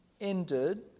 ended